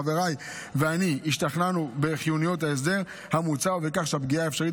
חבריי ואני השתכנענו בחיוניות ההסדר המוצע ובכך שהפגיעה האפשרית